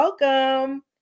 Welcome